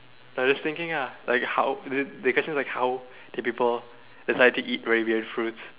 like just thinking ah like how the the question is like how did people decide to eat fruits